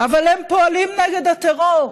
אבל הם פועלים נגד הטרור,